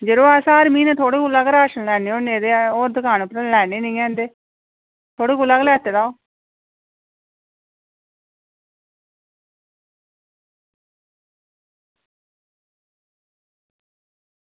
यरो अस हर म्हीनै थुआढ़े कोला गै राशन लैन्ने होन्ने ते होर दुकान उप्परा लैन्ने निं हैन ते थुआढ़े कोला गै लैते दा